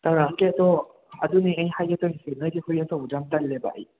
ꯑꯥ ꯒꯦꯠꯇꯣ ꯑꯗꯨꯅꯦ ꯑꯩꯅ ꯍꯥꯏꯒꯦ ꯇꯧꯔꯤꯁꯦ ꯅꯣꯏꯒꯤ ꯍꯨꯏ ꯑꯆꯧꯕꯗꯣ ꯌꯥꯝ ꯇꯜꯂꯦꯕ ꯑꯩ